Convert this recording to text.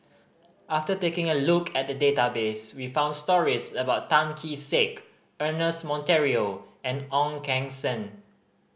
after taking a look at the database we found stories about Tan Kee Sek Ernest Monteiro and Ong Keng Sen